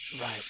Right